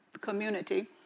community